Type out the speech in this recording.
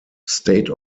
state